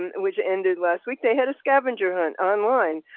and which ended last week. they had a scavenger hunt online.